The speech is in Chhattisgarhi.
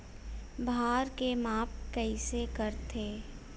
भार के माप कइसे करथे?